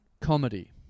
comedy